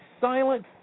silent